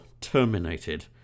terminated